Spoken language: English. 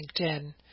LinkedIn